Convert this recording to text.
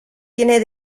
tiene